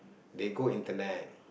they go internet